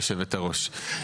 יושבת הראש.